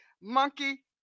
monkey